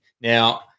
Now